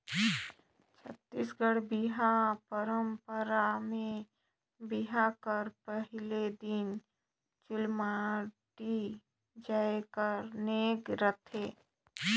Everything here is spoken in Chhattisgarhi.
छत्तीसगढ़ी बिहा पंरपरा मे बिहा कर पहिल दिन चुलमाटी जाए कर नेग रहथे